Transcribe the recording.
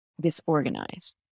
disorganized